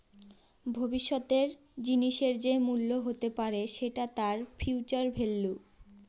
ভবিষ্যতের জিনিসের যে মূল্য হতে পারে সেটা তার ফিউচার ভেল্যু